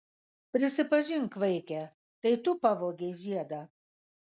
prisipažink vaike tai tu pavogei žiedą